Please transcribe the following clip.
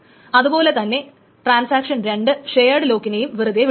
അതു പോലെ തന്നെ ട്രാൻസാക്ഷൻ 2 ഷെയേട് ലോക്കിനേയും വെറുതെ വിടുന്നു